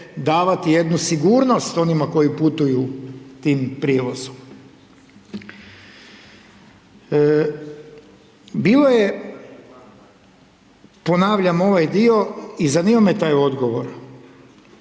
davati jednu sigurnost onima koji putuju tim prijevozom. Bilo je ponavljam ovaj dio i zanima me taj odgovor,